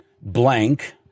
blank